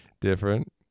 different